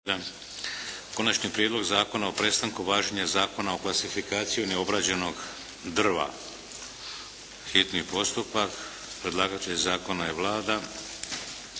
Konačni prijedlog zakona o prestanku važenja Zakona o klasifikaciji neobrađenog drva, hitni postupak, prvo i drugo čitanje, P.Z.